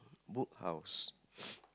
Book House